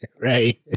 Right